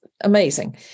amazing